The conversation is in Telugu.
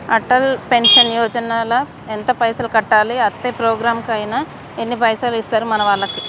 అటల్ పెన్షన్ యోజన ల ఎంత పైసల్ కట్టాలి? అత్తే ప్రోగ్రాం ఐనాక ఎన్ని పైసల్ ఇస్తరు మనకి వాళ్లు?